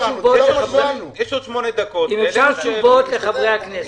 אם אפשר תשובות לחברי הכנסת.